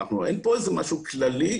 אין פה איזה משהו כללי,